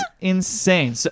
insane